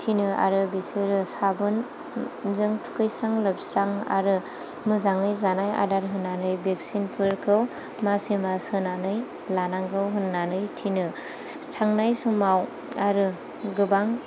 थिनो आरो बिसोरो साबोनजों थुखैस्रां लोबस्रां आरो मोजाङै जानाय आदार होनानै भेक्सिनफोरखौ मासे मास होनानै लानांगौ होननानै थिनो थांनाय समाव आरो गोबां